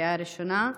בקריאה ראשונה.